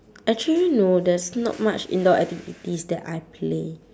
actually no there's not much indoor activities that I play